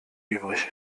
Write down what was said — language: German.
übrig